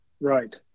Right